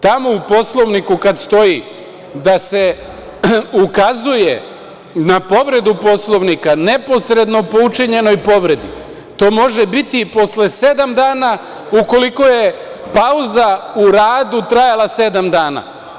Tamo u Poslovniku kada stoji da se ukazuje na povredu Poslovnika neposredno po učinjenoj povredi to može biti i posle sedam dana ukoliko je pauza u radu trajala sedam dana.